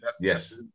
Yes